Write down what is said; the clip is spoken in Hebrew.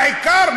העיקר,